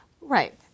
Right